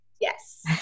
Yes